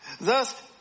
Thus